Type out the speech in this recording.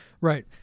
Right